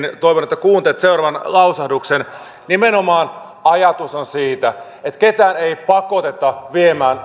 toivon että kuuntelette seuraavan lausahduksen ajatus on se että ketään ei pakoteta viemään